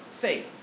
faith